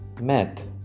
Math